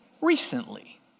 Recently